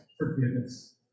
forgiveness